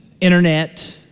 Internet